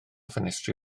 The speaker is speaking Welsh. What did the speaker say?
ffenestri